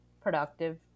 productive